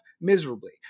miserably